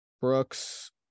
Brooks